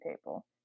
table